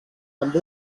amb